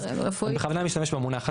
אז אני בכוונה משתמש במונח הזה,